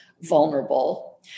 Vulnerable